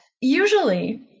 usually